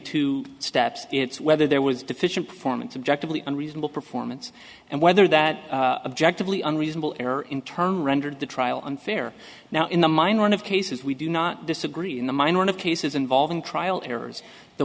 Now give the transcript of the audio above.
two steps it's whether there was deficient performance subjectively unreasonable performance and whether that objectively unreasonable error in turn rendered the trial unfair now in the minority of cases we do not disagree in the minority of cases involving trial errors the